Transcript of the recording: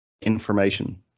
information